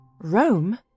Rome